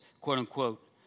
quote-unquote